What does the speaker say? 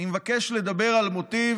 אני מבקש לדבר על מוטיב